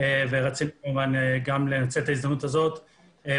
הדרמטי שיש למדינת ישראל במחזור.